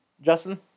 Justin